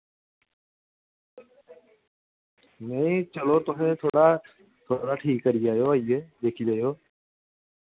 नेईं चलो तुसें थोह्ड़ा थोह्ड़ा ठीक करी आवेओ दिक्खी आवेओ